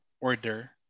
order